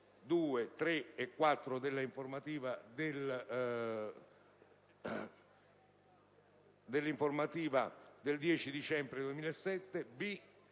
Grazie,